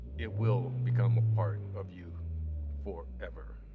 it will become a part of you forever.